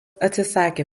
atsisakė